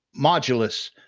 Modulus